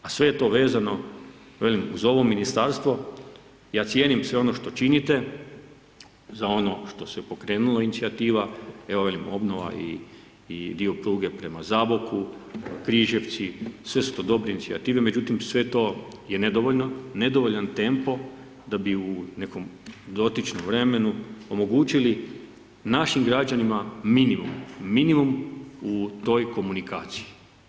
A sve je to vezano, velim, uz ovo ministarstvo, ja cijenim sve ono što činite, za ono što se pokrenulo inicijativa, evo, velim, obnova i dio pruge prema Zaboku, Križevci, sve su to dobre inicijative, međutim sve to je nedovoljno, nedovoljan tempo da bi u nekom dotičnom vremenu omogućili našim građanima minimum, minimum u toj komunikaciji.